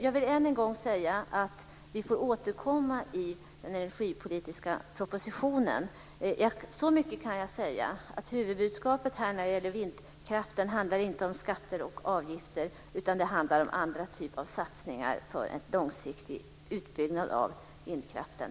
Jag vill än en gång säga att vi får återkomma i den energipolitiska propositionen. Så mycket kan jag säga att huvudbudskapet när det gäller vindkraften inte handlar om skatter och avgifter utan det handlar om andra typer av satsningar för en långsiktig utbyggnad av vindkraften.